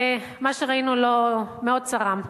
מה שראינו מאוד צרם.